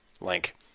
Link